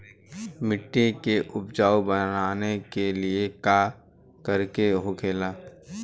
मिट्टी के उपजाऊ बनाने के लिए का करके होखेला?